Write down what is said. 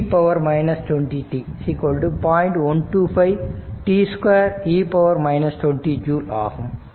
125 t2 e 20 joule ஆகும்